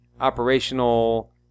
operational